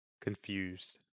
confused